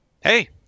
Hey